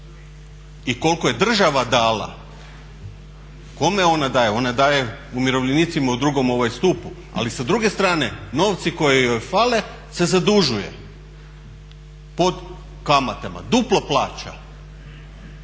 i koliko je država dala kome ona daje. Ona daje umirovljenicima u drugom stupu. Ali sa druge strane, novci koji joj fale se zadužuje pod kamatama, duplo plaća.